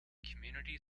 community